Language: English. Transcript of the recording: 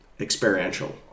experiential